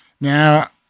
Now